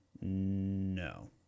no